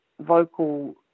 vocal